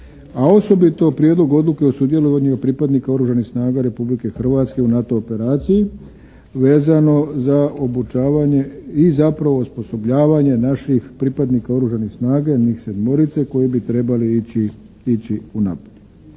a osobito prijedlog odluke o sudjelovanju pripadnika Oružanih snaga Republike Hrvatske u NATO operaciji vezano za obučavanje i zapravo osposobljavanje naših pripadnika Oružanih snaga, njih sedmorice koji bi trebali ići u Napulj.